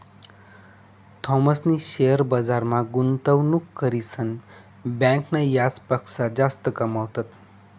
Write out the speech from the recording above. थॉमसनी शेअर बजारमा गुंतवणूक करीसन बँकना याजपक्सा जास्त कमावात